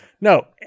No